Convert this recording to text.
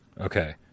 Okay